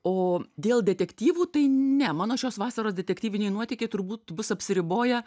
o dėl detektyvų tai ne mano šios vasaros detektyviniai nuotykiai turbūt bus apsiriboję